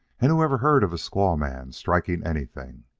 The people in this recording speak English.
and who ever heard of a squaw-man striking anything?